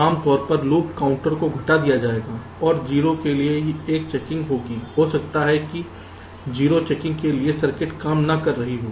आम तौर पर लूप काउंटर को घटा दिया जाएगा और 0 के लिए एक चेकिंग होगी हो सकता है कि 0 चेकिंग के लिए सर्किट काम न कर रही हो